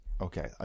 Okay